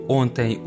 ontem